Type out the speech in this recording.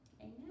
Amen